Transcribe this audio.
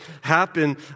happen